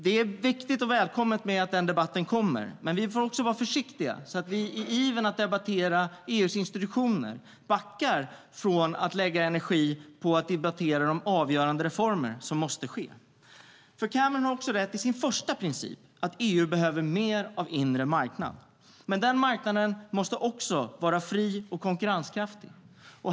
Det är viktigt och välkommet att den debatten kommer, men vi får också vara försiktiga, så att vi inte i ivern att debattera EU:s institutioner backar från att lägga energi på att debattera de avgörande reformer som måste ske. Cameron har rätt i sin första princip: EU behöver mer av inre marknad. Men den marknaden måste också vara fri och konkurrenskraftig.